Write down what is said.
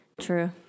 True